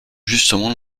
justement